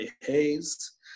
Hayes